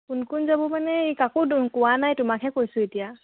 কোন কোন যাব মানে কাকো দোন কোৱা নাই তোমাকহে কৈছোঁ এতিয়া